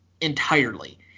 entirely